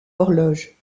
horloge